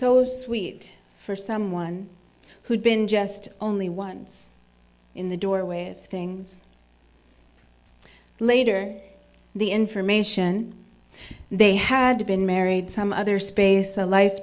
so sweet for someone who'd been just only once in the doorway of things later the information they had been married some other space a life